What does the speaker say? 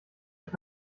ich